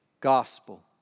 gospel